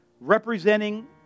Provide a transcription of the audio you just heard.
representing